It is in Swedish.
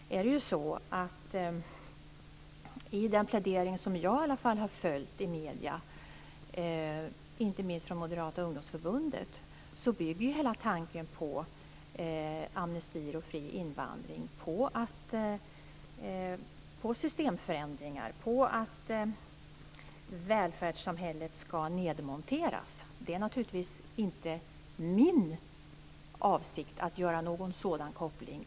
I den plädering som jag har följt i medierna, inte minst från Moderata ungdomsförbundet, bygger tanken om amnestier och fri invandring på systemförändringar och på att välfärdssamhället ska nedmonteras. Det är naturligtvis inte min avsikt att göra någon sådan koppling.